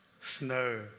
snow